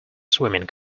swimming